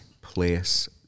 place